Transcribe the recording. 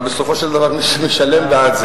ברשותך, אני רוצה להתייחס.